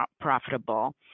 profitable